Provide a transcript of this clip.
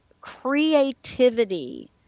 creativity